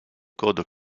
codes